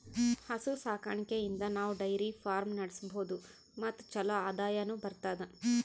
ಹಸು ಸಾಕಾಣಿಕೆಯಿಂದ್ ನಾವ್ ಡೈರಿ ಫಾರ್ಮ್ ನಡ್ಸಬಹುದ್ ಮತ್ ಚಲೋ ಆದಾಯನು ಬರ್ತದಾ